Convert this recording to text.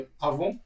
avant